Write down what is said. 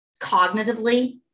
Cognitively